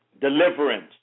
Deliverance